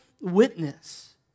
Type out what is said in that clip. witness